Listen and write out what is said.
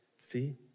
See